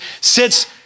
sits